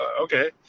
Okay